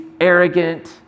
arrogant